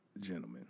gentlemen